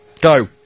Go